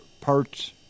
Parts